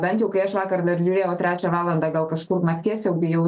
bent jau kai aš vakar dar žiūrėjau trečią valandą gal kažkur nakties jau bijau